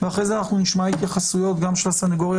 ואחרי זה נשמע התייחסויות גם של הסניגוריה